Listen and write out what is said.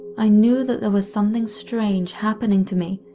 i knew that there was something strange happening to me,